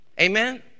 Amen